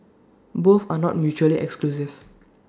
both are not mutually exclusive